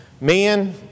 Men